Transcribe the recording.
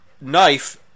knife